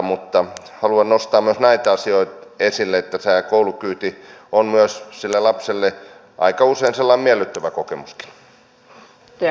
mutta haluan nostaa myös näitä asioita esille että se koulukyyti on myös sille lapselle aika usein sellainen miellyttävä kokemuskin